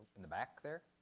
in the back there.